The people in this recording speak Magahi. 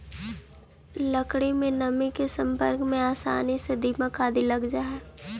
लकड़ी में नमी के सम्पर्क में आसानी से दीमक आदि लग जा हइ